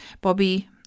Bobby